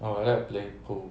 oh I like to play pool